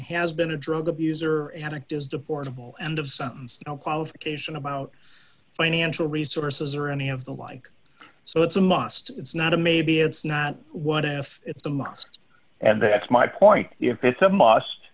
has been a drug abuser addict is deplorable and of something qualification about financial resources or any of the like so it's a must it's not a maybe it's not what if it's a must and that's my point if it's a must